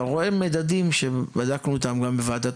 אתה רואה מדדים שבדקנו אותם גם בוועדת